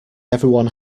everyone